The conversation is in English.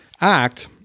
Act